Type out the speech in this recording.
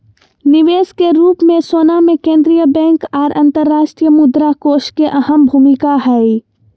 निवेश के रूप मे सोना मे केंद्रीय बैंक आर अंतर्राष्ट्रीय मुद्रा कोष के अहम भूमिका हय